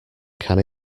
can